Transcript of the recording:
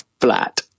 flat